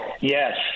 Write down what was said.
Yes